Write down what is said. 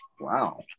Wow